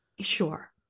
Sure